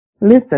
Listen